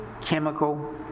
chemical